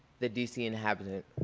the dc inhabitant.